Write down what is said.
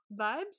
Vibes